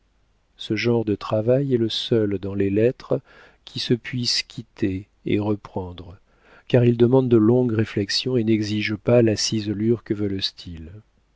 ce genre de travail est le seul dans les lettres qui se puisse quitter et reprendre car il demande de longues réflexions et n'exige pas la ciselure que veut le style